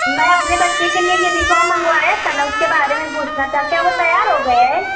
میں اپنے بچے کے لیے یونیفام منگوایا تھا نا اس کے بارے میں پوچھنا تھا کیا وہ تیار ہوگیا ہے